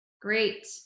Great